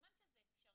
סימן שזה אפשרי.